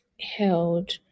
held